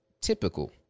typical